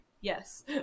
Yes